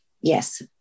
Yes